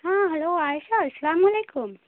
ہاں ہیلو عائشہ السلام علیکم